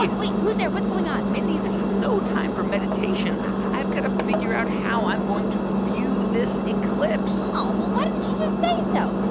like wait, who's there? what's going on? mindy, this is no time for meditation. i've got to figure out how i'm going to view this eclipse oh, well, why didn't you just say so?